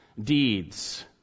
deeds